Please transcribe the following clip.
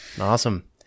awesome